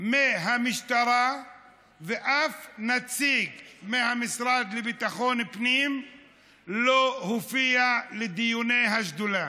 מהמשטרה ואף נציג מהמשרד לביטחון פנים לא הופיע לדיוני השדולה.